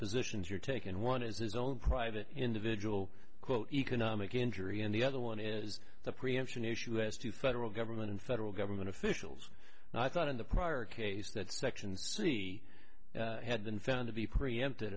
positions you're taken one is his own private individual quote economic injury and the other one is the preemption issue as to federal government and federal government officials and i thought in the prior case that section c had been found to be preempted